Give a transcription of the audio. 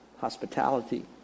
Hospitality